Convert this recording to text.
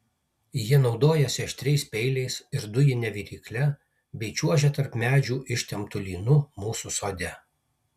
jie naudojasi aštriais peiliais ir dujine virykle bei čiuožia tarp medžių ištemptu lynu mūsų sode